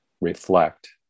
reflect